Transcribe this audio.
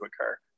occur